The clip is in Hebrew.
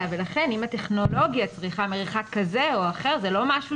ולכן אם הטכנולוגיה צריכה מרחק כזה או אחר זה לא משהו